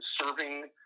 Serving